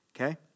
Okay